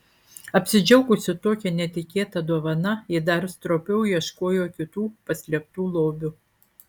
apsidžiaugusi tokia netikėta dovana ji dar stropiau ieškojo kitų paslėptų lobių